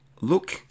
Look